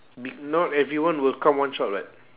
be~ not everyone will come one shot [what]